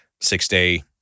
six-day